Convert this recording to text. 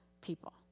people